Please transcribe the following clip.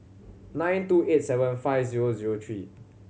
nine two eight seven five zero zero three